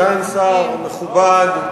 סגן שר מכובד.